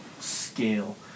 scale